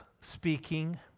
speaking